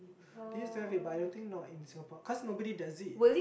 they used to have it but I don't think not in Singapore because nobody does it